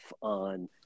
on